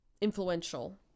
influential